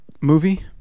movie